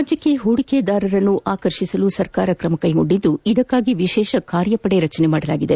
ರಾಜ್ಯಕ್ಕೆ ಹೂಡಿಕೆದಾರರನ್ನು ಆಕರ್ಷಿಸಲು ಸರ್ಕಾರ ಕ್ರಮ ಕೈಗೊಂಡಿದ್ದು ಇದಕ್ಕಾಗಿ ವಿಶೇಷ ಕಾರ್ಯಪದೆ ರಚನೆ ಮಾದಲಾಗಿದೆ